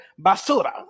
basura